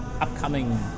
upcoming